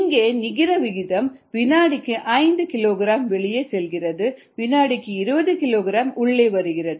இங்கே நிகர விகிதம் வினாடிக்கு 5 கிலோகிராம் வெளியே செல்கிறது வினாடிக்கு 20 கிலோகிராம் உள்ளே வருகிறது